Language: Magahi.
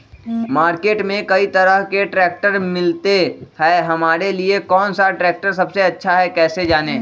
मार्केट में कई तरह के ट्रैक्टर मिलते हैं हमारे लिए कौन सा ट्रैक्टर सबसे अच्छा है कैसे जाने?